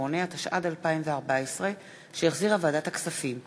78), התשע"ד 2014, שהחזירה ועדת הכספים.